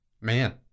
man